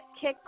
kick